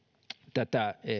tätä